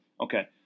Okay